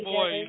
Boy